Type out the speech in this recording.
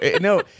no